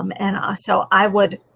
um and ah so, i would